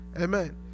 Amen